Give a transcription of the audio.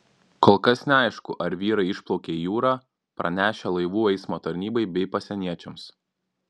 kol kas neaišku ar vyrai išplaukė į jūrą pranešę laivų eismo tarnybai bei pasieniečiams